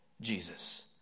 Jesus